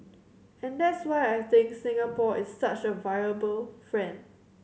and that's why I think Singapore is such a viable friend